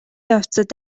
явцад